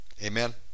Amen